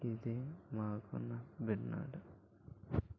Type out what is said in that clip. ఇది మాకు ఉన్న భిన్నాలు